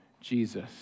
Jesus